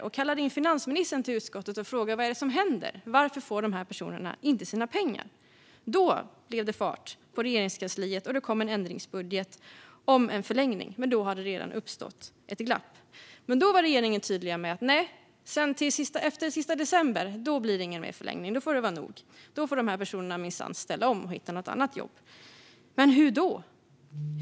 Man kallade in finansministern till utskottet och frågade: Vad är det som händer? Varför får de här personerna inte sina pengar? Då blev det fart på Regeringskansliet, och det kom en ändringsbudget om en förlängning. Men då hade det redan uppstått ett glapp. Regeringen var tydlig: Nej, efter den sista december blir det ingen mer förlängning. Då får det vara nog. Då får de här personerna minsann ställa om och hitta något annat jobb. Men hur då?